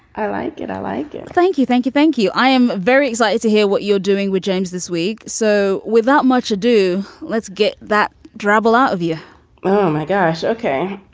i like it. i like and thank you. thank you. thank you. i am very excited to hear what you're doing with james this week. so without much ado, let's get that drabble out of you oh, my gosh. ok.